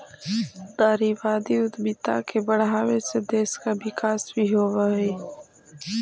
नारीवादी उद्यमिता के बढ़ावे से देश का विकास भी होवअ हई